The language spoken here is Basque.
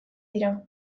dira